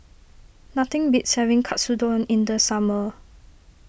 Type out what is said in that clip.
nothing beats having Katsudon in the summer